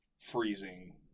freezing